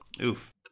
Oof